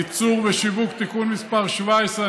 (ייצור ושיווק) (תיקון מס' 17),